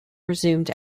resumed